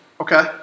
Okay